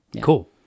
Cool